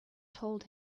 told